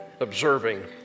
observing